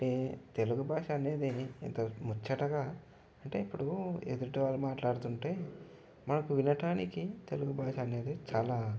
అంటే తెలుగు భాష అనేది ఎంత ముచ్చటగా అంటే ఇప్పుడు ఎదుటివాళ్ళు మాట్లాడుతుంటే మనకు వినడానికి తెలుగు భాష అనేది చాలా